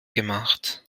gemacht